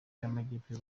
y’amajyepfo